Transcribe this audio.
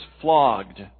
flogged